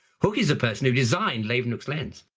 hooke is a person who designed leeuwenhoek's lens.